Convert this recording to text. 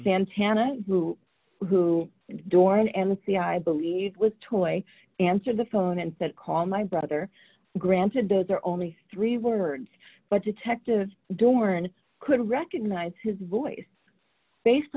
santana who who dorn and the i believe with toy answered the phone and said call my brother granted those are only three words but detective dorn could recognize his voice based